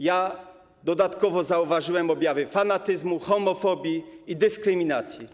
Ja dodatkowo zauważyłem objawy fanatyzmu, homofobii i dyskryminacji.